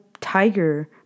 tiger